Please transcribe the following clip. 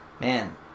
man